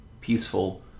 peaceful